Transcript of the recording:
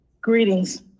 Greetings